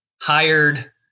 hired